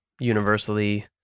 universally